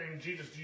Jesus